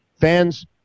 fans